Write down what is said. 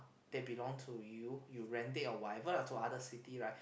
that belong to you you rent it or whatever lah to other city right